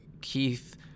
Keith